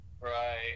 right